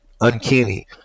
uncanny